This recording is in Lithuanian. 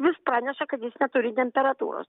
vis praneša kad jis neturi temperatūros